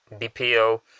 BPO